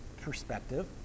perspective